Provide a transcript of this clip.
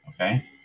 Okay